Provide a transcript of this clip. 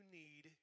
need